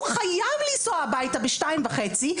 הוא חייב לנסוע הביתה בשעה שתיים וחצי.